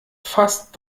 fast